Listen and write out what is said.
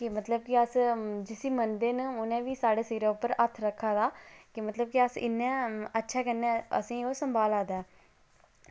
मतलब कि अस जि'नें गी मनदे न उ'नें बी साढ़े उप्पर हत्थ रक्खे दा कि मतलब कि इन्ने अच्छे कन्नै ओह् असेंगी सम्हाला दा ऐ